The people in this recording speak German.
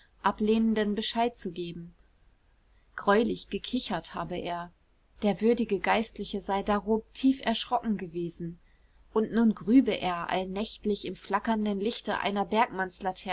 ablehnenden bescheid zu geben greulich gekichert habe er der würdige geistliche sei darob tief erschrocken gewesen und nun grübe er allnächtlich im flackernden lichte einer